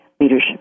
Leadership